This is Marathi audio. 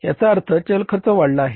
याचा अर्थ चल खर्च वाढला आहे